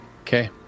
Okay